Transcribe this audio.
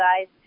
guys